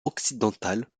occidentale